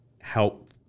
help